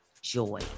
joy